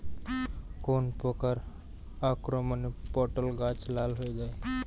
কোন প্রকার আক্রমণে পটল গাছ লাল হয়ে যায়?